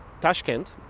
Tashkent